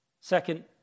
second